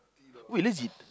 wait legit